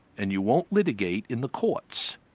and you won't litigate in the courts,